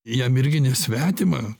jam irgi nesvetima